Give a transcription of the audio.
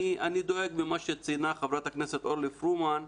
אני דואג ממה שציינה חברת הכנסת אורלי פרומן,